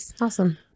awesome